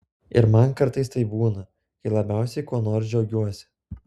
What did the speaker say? ir man kartais taip būna kai labiausiai kuo nors džiaugiuosi